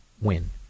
win